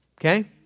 Okay